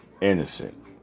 innocent